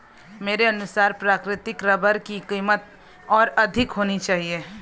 मेरे अनुसार प्राकृतिक रबर की कीमत और अधिक होनी चाहिए